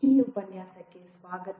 ಈ ಉಪನ್ಯಾಸಕ್ಕೆ ಸ್ವಾಗತ